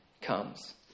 comes